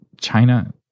China